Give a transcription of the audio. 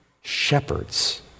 shepherds